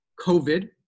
COVID